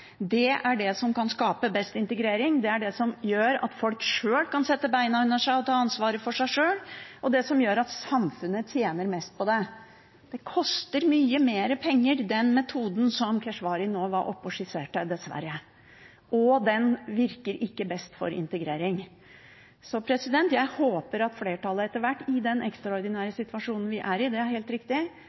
Det skaper best integrering. Det gjør at folk kan sette beina under seg og ta ansvar for seg sjøl. Det tjener samfunnet mest på. Det koster dessverre mye mer penger med den metoden som Keshvari var oppe og skisserte, og den virker ikke best for integrering. Jeg håper at flertallet etter hvert i den ekstraordinære situasjonen som vi er i, er